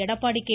Edappadi K